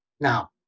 Now